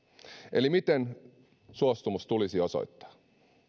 eli miten suostumus tulisi osoittaa